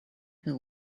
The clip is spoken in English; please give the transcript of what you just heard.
who